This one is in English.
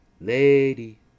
lady